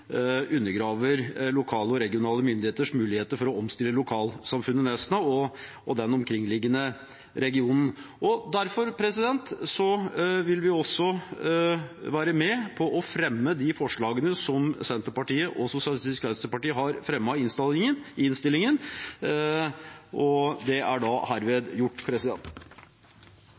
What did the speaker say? undergraver lokale og regionale myndigheters muligheter til å omstille lokalsamfunnet Nesna og den omkringliggende regionen. Derfor vil vi også støtte de forslagene som Senterpartiet og Sosialistisk Venstreparti har fremmet i denne saken. Det er da herved gjort.